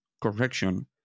correction